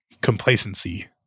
complacency